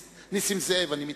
סליחה, נסים זאב, אני מתנצל,